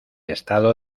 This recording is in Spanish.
estado